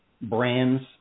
brands